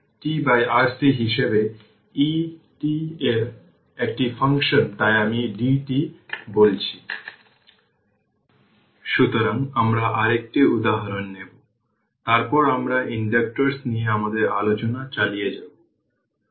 vc নির্ধারণ করতে হবে যে এটি r তারপর vx এবং t 0 এর জন্য ix এগুলো করতে হবে তাই এটা ঠিক খুঁজে বের করুন